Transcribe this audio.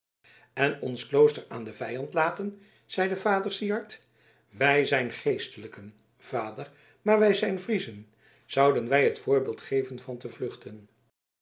en ons klooster aan den vijand laten zeide vader syard wij zijn geestelijken vader maar wij zijn friezen zouden wij het voorbeeld geven van te vluchten